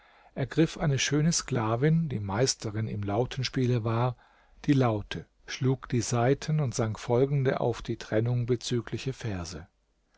ergriff eine schöne sklavin die meisterin im lautenspiele war die laute schlug die saiten und sang folgende auf die trennung bezügliche verse